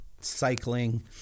cycling